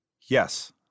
Yes